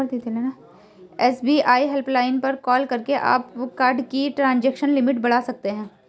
SBI helpline पर call करके आप कार्ड की ट्रांजैक्शन लिमिट बढ़ा सकते हैं